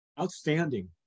Outstanding